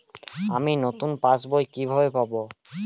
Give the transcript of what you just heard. আমি নতুন পাস বই কিভাবে পাব?